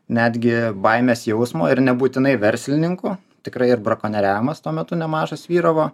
netgi baimės jausmo ir nebūtinai verslininkų tikra ir brakonieriavimas tuo metu nemažas vyravo